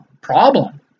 problem